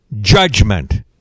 judgment